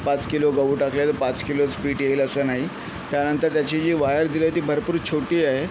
पाच किलो गहू टाकले तर पाच किलोच पीठ येईल असं नाही त्यानंतर त्याची जी वायर दिली आहे ती भरपूर छोटी आहे